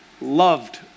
loved